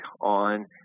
on